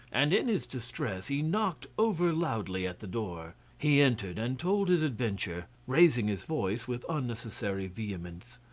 and in his distress he knocked over loudly at the door. he entered and told his adventure, raising his voice with unnecessary vehemence.